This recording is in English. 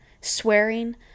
swearing